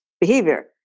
behavior